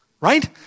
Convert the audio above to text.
Right